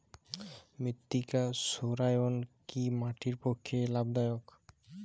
মৃত্তিকা সৌরায়ন কি মাটির পক্ষে লাভদায়ক?